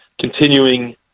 continuing